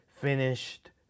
finished